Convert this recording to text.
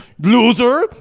Loser